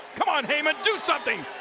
come on, heyman, do something.